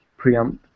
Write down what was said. preamp